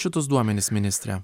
šitus duomenis ministre